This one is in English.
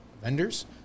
vendors